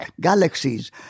galaxies